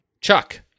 Chuck